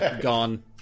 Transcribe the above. gone